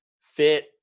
fit